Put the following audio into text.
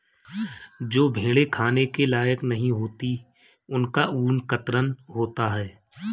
जो भेड़ें खाने के लायक नहीं होती उनका ऊन कतरन होता है